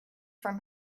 from